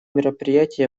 мероприятий